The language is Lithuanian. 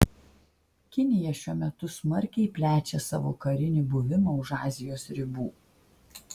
kinija šiuo metu smarkiai plečia savo karinį buvimą už azijos ribų